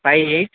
five eight